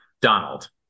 Donald